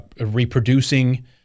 reproducing